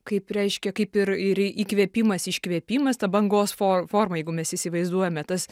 kaip reiškia kaip ir ir įkvėpimas iškvėpimas ta bangos for forma jeigu mes įsivaizduojame tas